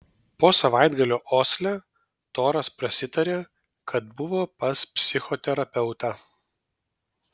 po savaitgalio osle toras prasitarė kad buvo pas psichoterapeutą